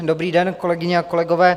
Dobrý den, kolegyně a kolegové.